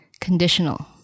Conditional